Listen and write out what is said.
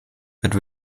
but